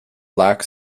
lac